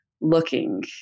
looking